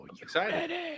excited